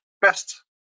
best